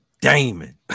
Damon